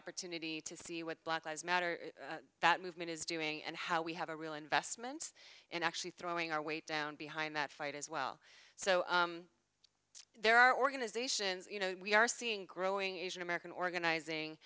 opportunity to see what black lives matter that movement is doing and how we have a real investment in actually throwing our weight down behind that fight as well so there are organizations you know we are seeing growing asian american